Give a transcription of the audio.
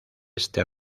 este